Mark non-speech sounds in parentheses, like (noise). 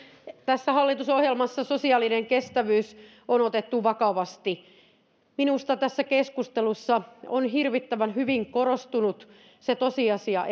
tässä hallitusohjelmassa sosiaalinen kestävyys on otettu vakavasti minusta tässä keskustelussa on hirvittävän hyvin korostunut se tosiasia (unintelligible)